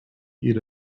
eat